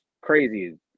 crazy